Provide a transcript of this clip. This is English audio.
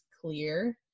clear